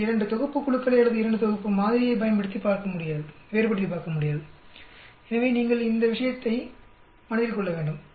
நீங்கள் 2 தொகுப்பு குழுக்களை அல்லது 2 தொகுப்பு மாதிரியை வேறுபடுத்திப் பார்க்க முடியாது எனவே நீங்கள் அந்த விஷயத்தை மனதில் கொள்ள வேண்டும்